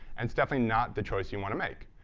and it's definitely not the choice you want to make.